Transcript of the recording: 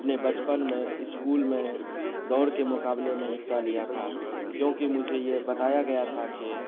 اپنے بچپن میں اسکول میں دوڑ کے مقابلے میں حصہ لیا تھا کیوںکہ مجھے یہ بتایا گیا تھا کہ